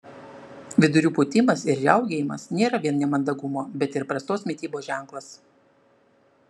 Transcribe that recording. vidurių pūtimas ir riaugėjimas nėra vien nemandagumo bet ir prastos mitybos ženklas